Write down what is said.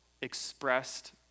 expressed